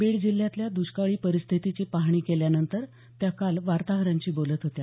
बीड जिल्ह्यातल्या दुष्काळी परिस्थितीची पाहणी केल्यानंतर त्या काल वार्ताहरांशी बोलत होत्या